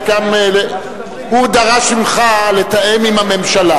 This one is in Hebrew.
הוא דרש ממך לתאם עם הממשלה